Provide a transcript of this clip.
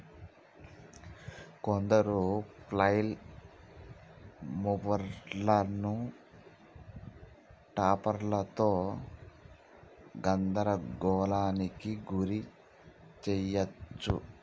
కొందరు ఫ్లైల్ మూవర్లను టాపర్లతో గందరగోళానికి గురి చేయచ్చు